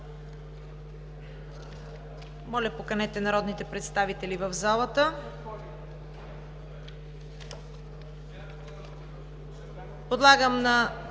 Моля, поканете народните представители в залата. Подлагам на